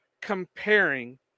comparing